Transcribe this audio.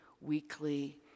weekly